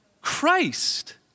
Christ